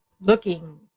looking